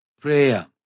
Prayer